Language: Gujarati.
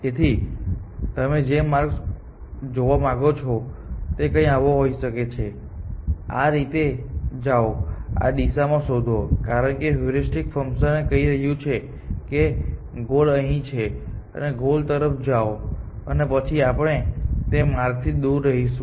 તેથી તમે જે માર્ગ જોવા માંગો છો તે કંઈક આવો હોઈ શકે છે આ રીતે જાઓ આ દિશામાં શોધો કારણ કે હયુરિસ્ટિક ફંકશન કહી રહ્યું છે કે ગોલ અહીં છે અને ગોલ તરફ જાઓ અને પછી આપણે તે માર્ગથી દૂર રહીશું